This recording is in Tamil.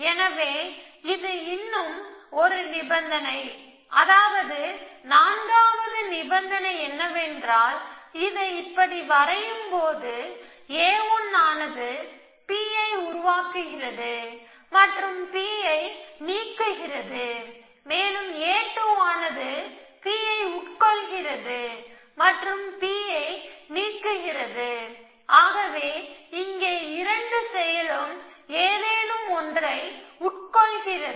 எனவே இது இன்னும் ஒரு நிபந்தனை அதாவது நான்காவது நிபந்தனை என்னவென்றால் இதை இப்படி வரையும்போது a1 ஆனது P ஐ உருவாக்குகிறது மற்றும் P ஐ நீக்குகிறது மேலும் a2 ஆனது P ஐ உட்கொள்கிறது மற்றும் P ஐ நீக்குகிறது இங்கே இரண்டு செயலும் ஏதேனும் ஒன்றை உட்கொள்கிறது